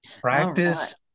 practice